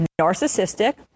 Narcissistic